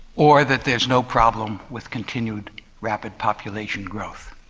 or that there is no problem with continued rapid population growth.